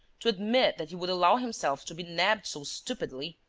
to admit that he would allow himself to be nabbed so stupidly.